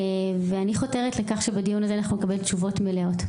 אני חותרת לכך שבדיון הזה אנחנו נקבל תשובות מלאות.